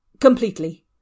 Completely